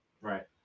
Right